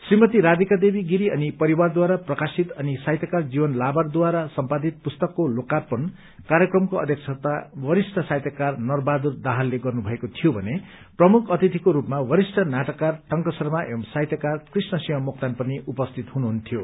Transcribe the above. श्रीमती राधिका देवी गिरी अनि परिवारद्वारा प्रकाशित अनि साहित्यकार जीवन लाबरढारा सम्पादित पुस्तकको लोकार्पण कार्यक्रमको अध्यक्षता वरिष्ट साहित्यकार नर बहादुर दाहालले गर्नुभएको थियो भने प्रमुख अतिथिको रूपमा वरिष्ट नाटककार टंक शर्मा एवं साहित्यकार कृष्णसिंह मोक्तान पनि उपस्थित हुनुहुन्थ्यो